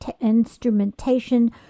instrumentation